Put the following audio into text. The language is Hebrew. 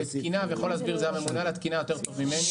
יכול להסביר את זה הממונה על התקינה יותר טוב ממני.